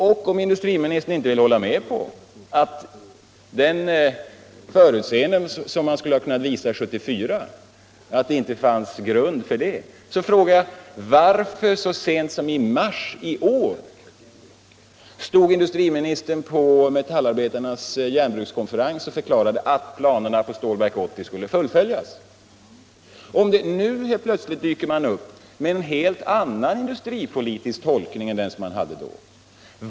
Och om industriministern inte vill hålla med om att det fanns någon grund för det förutseende som man skulle ha kunnat visa år 1974, vill jag fråga varför industriministern så sent som i mars i år stod på metallarbetarnas järnbrukskonferens och förklarade att planerna för Stålverk 80 skulle fullföljas. Nu dyker man helt plötsligt upp med en helt annan industripolitisk tolkning än man då hade.